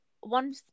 one